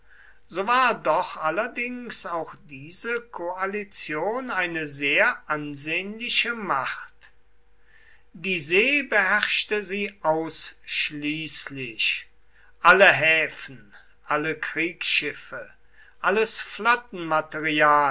so war doch allerdings auch diese koalition eine sehr ansehnliche macht die see beherrschte sie ausschließlich alle häfen alle kriegsschiffe alles